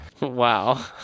wow